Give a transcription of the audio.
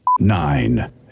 Nine